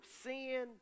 sin